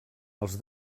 els